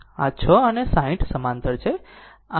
આ 6 અને 60 સમાંતર છે